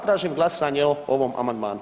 Tražim glasanje o ovom amandmanu.